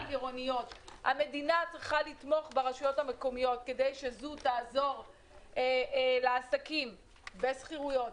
המדינה צריכה לתמוך ברשויות המקומיות כדי שהן יעזרו לעסקים בשכירויות,